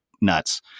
nuts